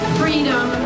freedom